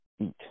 eat